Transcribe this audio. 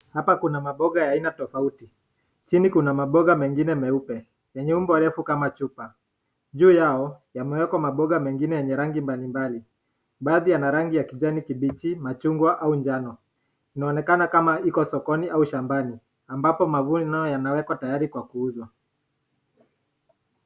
Hapa kuna maboga ya aina tofauti. Chini kuna maboga mengine meupe. Ni nyumba refu kama chupa. Juu yao, yameekwa maboga mengine yenye rangi mbali mbali. Baadhi yana rangi ya kijani kibichi machungwa au njano. Inaonekana kama iko sokoni au shambani ambapo mavuno nayo yanawekwa tayari kwa kuuzwa.